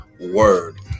word